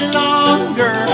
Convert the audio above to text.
longer